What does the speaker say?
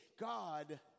God